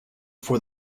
for